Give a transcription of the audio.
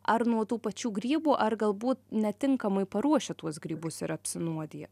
ar nuo tų pačių grybų ar galbūt netinkamai paruošę tuos grybus ir apsinuodiję